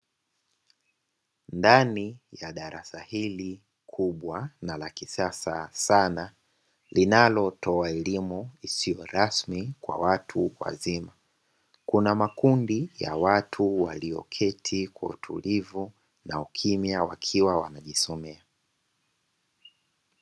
Ndani ya darasa hili kubwa na lakisasa sana, linalotoa elimu isiyo rasmi kwa watu wazima, kuna makundi ya watu walioketi kwa utulivu na ukimya wakiwa wanajisomea.